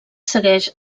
segueix